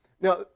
Now